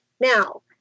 now